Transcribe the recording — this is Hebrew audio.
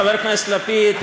חבר הכנסת לפיד,